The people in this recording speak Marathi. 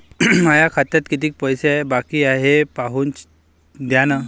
माया खात्यात कितीक पैसे बाकी हाय हे पाहून द्यान का?